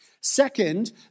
Second